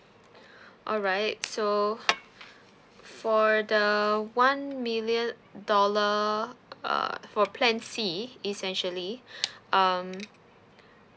alright so for the one million dollar err for plan C essentially um